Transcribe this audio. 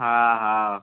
हा हा